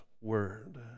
Word